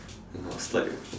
the got slide